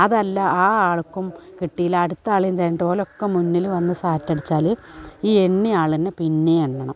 അതല്ല ആ ആൾക്കും കിട്ടിയില്ല അടുത്താളെയും തിരഞ്ഞിട്ട് ഓലൊക്കെ മുന്നിൽ വന്നു സാറ്റടിച്ചാൽ ഈ എണ്ണിയ ആൾ തന്നെ പിന്നെയും എണ്ണണം